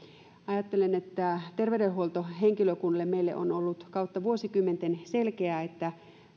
ajattelen että meille terveydenhuoltohenkilökunnalle on ollut kautta vuosikymmenten selkeää että